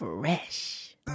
Fresh